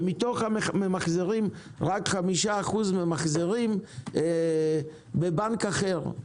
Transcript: ומתוך הממחזרים רק 5% ממחזרים בבנק אחר.